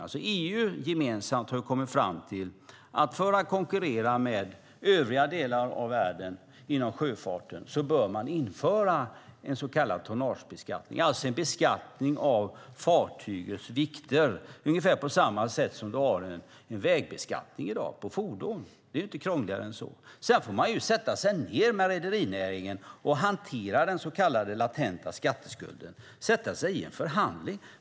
I EU har man gemensamt kommit fram till att för att konkurrera med övriga delar av världen inom sjöfarten bör en så kallad tonnagebeskattning införas, en beskattning av fartygets vikter, ungefär som det i dag finns en vägskatt på fordon. Krångligare än så är det inte. Man får sätta sig ned i en förhandling med rederinäringen och hantera den så kallade latenta skattskulden.